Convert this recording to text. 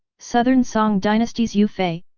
southern song dynasty's yue fei,